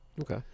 Okay